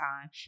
time